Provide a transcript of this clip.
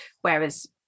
whereas